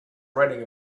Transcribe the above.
writing